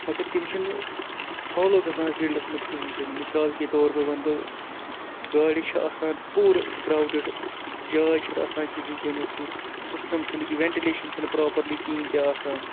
مگر تِم چھِنہٕ فالو گَژھان فیٖلڈَس مَنٛز کِہیٖنۍ تہِ نہٕ مِثال کے طور پے وَنہٕ بہٕ گاڑِ چھِ آسان پوٗرٕ کرٛاوڈٕڈ جاے چھَنہٕ آسان کِہیٖنۍ تہِ نہٕ سُہ سِسٹَم چھُنہٕ کہِ وینٹِلیشَن چھَنہٕ پرٛاپَرلی کِہیٖنۍ تہِ آسان